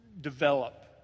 develop